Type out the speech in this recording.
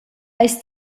eis